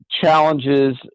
challenges